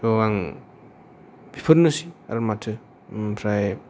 स' आं बिफोरनोसै आरो माथो ओमफ्राय